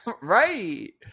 right